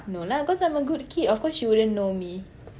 no lah cause I'm a good kid of course she wouldn't know me